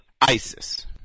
ISIS